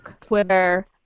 Twitter